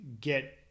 get